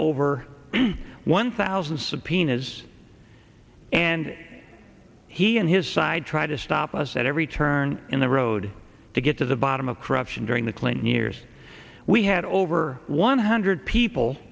over one thousand subpoenas and he and his side try to stop us at every turn in the road to get to the bottom of corruption during the clinton years we had over one hundred people